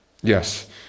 Yes